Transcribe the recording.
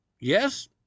Yes